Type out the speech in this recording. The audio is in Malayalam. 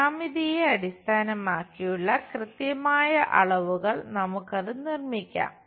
ജ്യാമിതിയെ അടിസ്ഥാനമാക്കിയുള്ള കൃത്യമായ അളവുകൾ നമുക്ക് അത് നിർമ്മിക്കാം